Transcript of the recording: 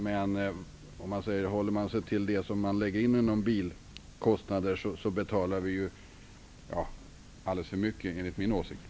Men om man håller sig till det som man lägger in i bilkostnader betalar vi alldeles för mycket enligt min åsikt.